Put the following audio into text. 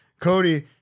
Cody